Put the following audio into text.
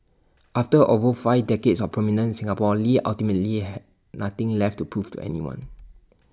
after over five decades of prominence Singapore lee ultimately had nothing left to prove to anyone